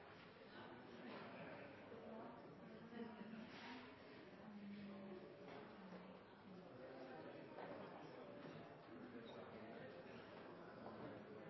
henseende.